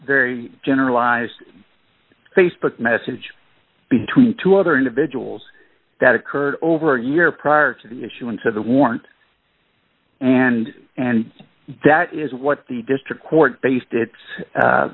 very generalized facebook message between two other individuals that occurred over a year prior to the issuance of the warrant and and that is what the district court based its